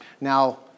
Now